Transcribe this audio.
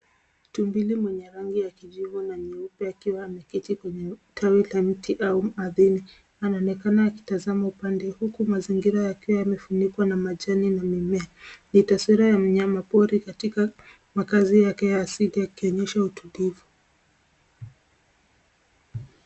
Tumbili mwenye rangi ya kijivu na nyeupe akiwa ameketi kwenye tawi la mti au ardhini. Anaonekana akitazama upande huku mazingira yakiwa yamefunikwa na majani na mimea. Ni taswira ya mnyama pori katika makazi yake ya asili yakionyesha utulivu.